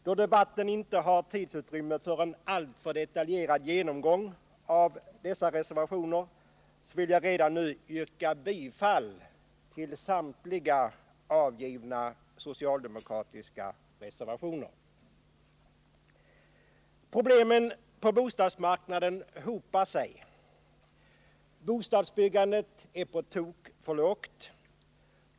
Då debatten inte har tidsutrymme för en alltför detaljerad genomgång av dessa reservationer vill jag redan nu yrka bifall till samtliga avgivna socialdemokratiska reservationer. Problemen på bostadsmarknaden hopar sig. Bostadsbyggandet är på tok för lågt.